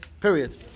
Period